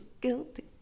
guilty